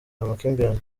amakimbirane